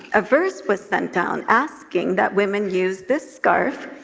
a verse was sent down asking that women use this scarf,